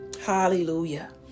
Hallelujah